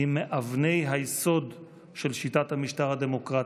היא מאבני היסוד של שיטת המשטר הדמוקרטית.